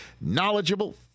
knowledgeable